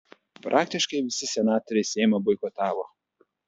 praktiškai visi senatoriai seimą boikotavo